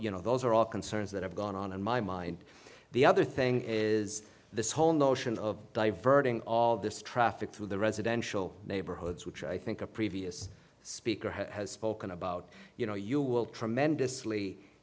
you know those are all concerns that have gone on in my mind the other thing is this whole notion of diverting all this traffic through the residential neighborhoods which i think a previous speaker has spoken about you know you will tremendously